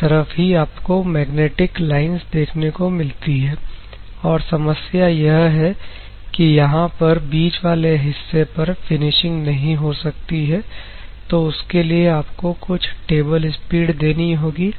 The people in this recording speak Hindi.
तरफ ही आपको मैग्नेटिक लाइंस देखने को मिलती है और समस्या यह है कि यहां पर बीच वाले हिस्से पर फिनिशिंग नहीं हो सकती है तो उसके लिए आपको कुछ टेबल स्पीड देनी होगी